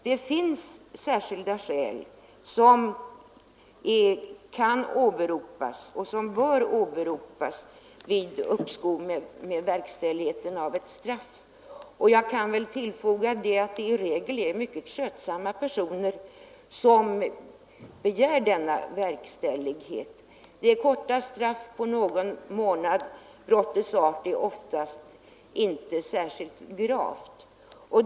Det finns särskilda skäl som kan och bör åberopas för uppskov med verkställighet av straff. Jag kan väl tillfoga att det i regel är mycket skötsamma personer som begär denna verkställighet. Det gäller korta straff på någon månad, brottets art är oftast inte särskilt grav.